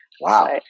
Wow